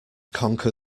conquer